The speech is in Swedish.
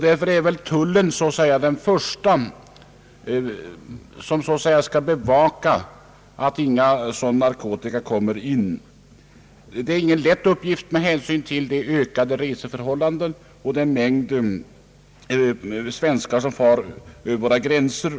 Därför är tullen den första som skall bevaka att ingen narkotika kommer in. Det är ingen lätt uppgift med hänsyn till den ökade mängd av svenskar och även andra personer som passerar över våra gränser.